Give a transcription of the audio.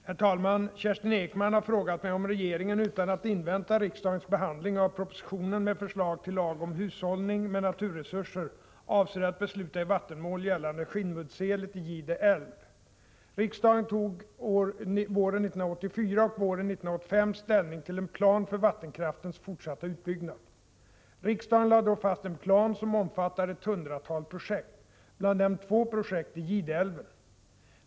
Herr talman! Kerstin Ekman har frågat mig om regeringen utan att invänta riksdagens behandling av propositionen med förslag till lag om hushållning med naturresurser avser att besluta i vattenmål gällande Skinnmuddselet i Gide älv. Riksdagen tog våren 1984 och våren 1985 ställning till en plan för vattenkraftens fortsatta utbyggnad. Riksdagen lade då fast en plan som omfattar ett hundratal projekt, bland dem två projekt i Gideälven.